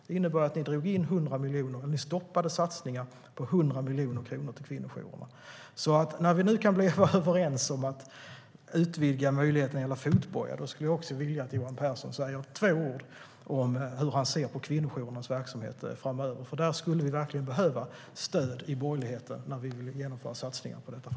Det innebar att ni drog in 100 miljoner och att ni därmed stoppade satsningar på 100 miljoner kronor till kvinnojourerna.